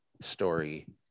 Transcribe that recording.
story